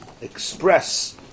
express